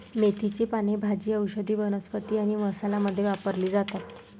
मेथीची पाने भाजी, औषधी वनस्पती आणि मसाला मध्ये वापरली जातात